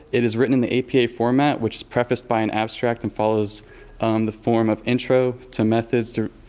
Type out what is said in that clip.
it is written in the apa format which is prefaced by an abstract and follows the form of intro to methods to